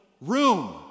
room